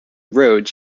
rods